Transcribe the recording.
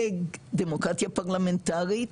דמוקרטיה פרלמנטרית,